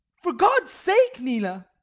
for god's sake, nina!